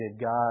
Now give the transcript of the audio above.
God